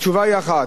התשובה היא אחת,